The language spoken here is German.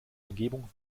umgebung